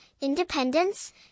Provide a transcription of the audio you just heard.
independence